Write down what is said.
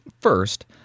First